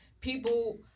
people